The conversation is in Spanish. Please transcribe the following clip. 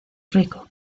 rico